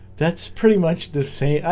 that's pretty much the same.